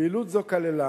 פעילות זו כללה